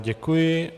Děkuji.